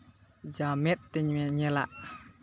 ᱡᱟᱦᱟᱸ ᱢᱮᱫᱛᱮ ᱧᱮᱞᱟᱜ